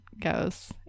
goes